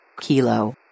Kilo